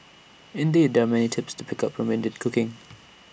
indeed there are many tips to pick up from Indian cooking